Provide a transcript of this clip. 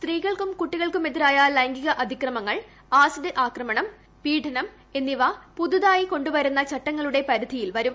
സ്ത്രീകൾക്കും കുട്ടികൾക്കുമെതിരായ ലൈംഗിക അതിക്രമങ്ങൾ ആസിഡ് ആക്രമണം പീഡനം എന്നിവ പുതുതായി കൊണ്ടുവരുന്ന ചട്ടങ്ങളുടെ പരിധിയിൽ വരും